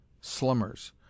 slummers